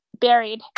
buried